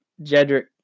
Jedrick